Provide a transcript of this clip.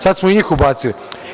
Sada smo i njih ubacili.